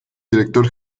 director